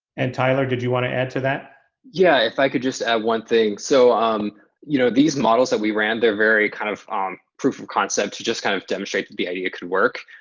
and tyler did you want to add to that? yeah, if i could just add one thing. so um you know, these models that we ran they're very kind of um proof of concept to just kind of demonstrate that the idea could work.